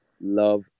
love